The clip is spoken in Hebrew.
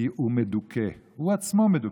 כי הוא מדוכא, הוא עצמו מדוכא.